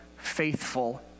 faithful